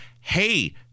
hey